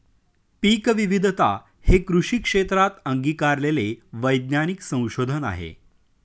पीकविविधता हे कृषी क्षेत्रात अंगीकारलेले वैज्ञानिक संशोधन आहे